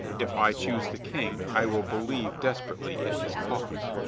if i choose the king, i will believe desperately in his cause.